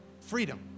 Freedom